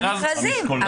במכרזים.